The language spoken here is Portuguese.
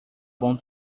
bom